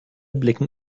blicken